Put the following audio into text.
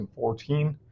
2014